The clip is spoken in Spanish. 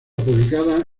publicada